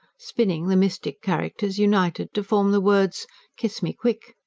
spinning, the mystic characters united to form the words kiss me quick.